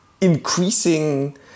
increasing